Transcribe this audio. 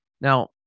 Now